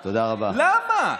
למה?